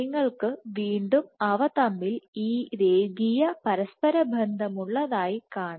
നിങ്ങൾക്ക് വീണ്ടും അവ തമ്മിൽ ഈ രേഖീയ പരസ്പര ബന്ധമുള്ളതായി കാണാം